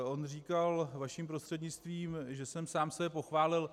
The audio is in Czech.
On říkal vaším prostřednictvím, že jsem sám sebe pochválil.